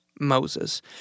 Moses